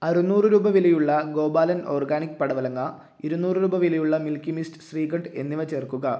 അറുന്നൂറ് രൂപ വിലയുള്ള ഗോപാലൻ ഓർഗാനിക് പടവലങ്ങ ഇരുന്നൂറ് രൂപ വിലയുള്ള മിൽക്കി മിസ്റ്റ് ശ്രീഖണ്ഡ് എന്നിവ ചേർക്കുക